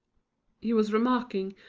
he was remarking,